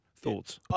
thoughts